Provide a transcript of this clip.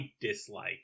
dislike